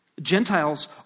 Gentiles